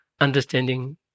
understanding